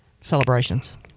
celebrations